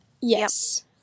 Yes